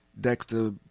Dexter